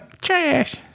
Trash